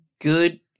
good